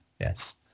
yes